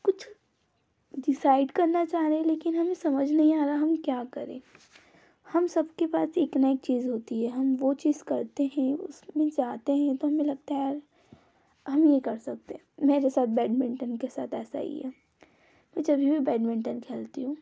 कुछ डिसाइड करना चाह रहे हैं लेकिन हमें समझ में नहीं आ रहा हम क्या करें हम सबके पास एक ना एक चीज़ होती है हम वो चीज़ करते हैं उसमें जाते हैं तो हमें लगता है हम ये कर सकते हैं मेरे साथ बैडमिंटन के साथ ऐसा ही है तो जब भी मैं बैडमिंटन खेलती हूँ